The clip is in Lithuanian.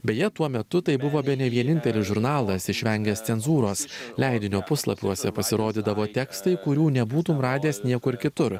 beje tuo metu tai buvo bene vienintelis žurnalas išvengęs cenzūros leidinio puslapiuose pasirodydavo tekstai kurių nebūtum radęs niekur kitur